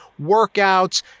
workouts